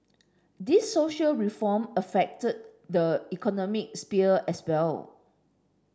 this social reform affect the economic sphere as well